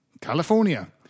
California